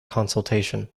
consultation